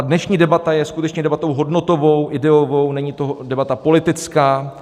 Dnešní debata je skutečně debatou hodnotovou, ideovou, není to debata politická.